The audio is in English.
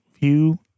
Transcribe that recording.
view